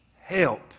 help